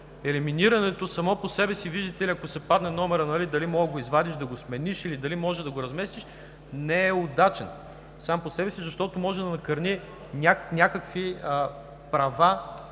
елиминирането само по себе си, видите ли, ако се падне номерът – дали можеш да го извадиш, да го смениш, или дали можеш да го разместиш, не е удачно. Защото може да накърни някакви права